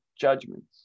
judgments